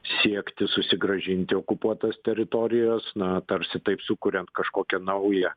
siekti susigrąžinti okupuotas teritorijas na tarsi taip sukuriant kažkokią naują